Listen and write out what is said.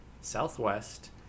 Southwest